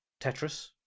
tetris